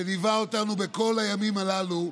שליווה אותנו בכל הימים הללו: